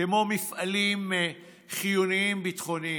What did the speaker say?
כמו מפעלים חיוניים ביטחוניים,